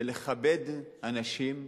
ולכבד אנשים,